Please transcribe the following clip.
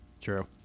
true